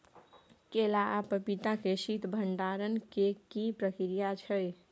केला आ पपीता के शीत भंडारण के की प्रक्रिया छै?